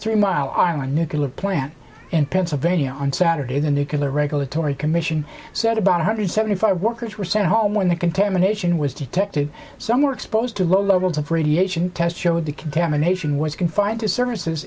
three mile island nuclear plant in pennsylvania on saturday the nucular regulatory commission said about one hundred seventy five workers were sent home when the contamination was detected some were exposed to low levels of radiation tests showed the contamination was confined to services